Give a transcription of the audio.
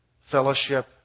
fellowship